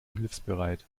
hilfsbereit